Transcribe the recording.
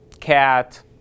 cat